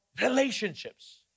relationships